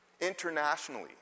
internationally